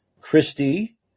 Christie